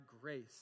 grace